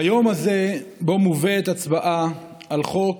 ביום הזה, שבו מובאת הצעה של חוק